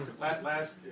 Last